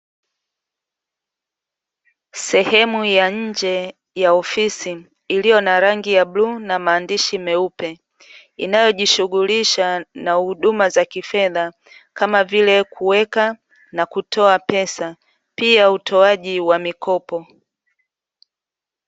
Sehemu ya nje ya ofisi iliyo na rangi ya bluu na maandishi meupe inayojishughulisha na huduma za kifedha kama vile kuweka na kutoa pesa pia utoaji wa mikopo.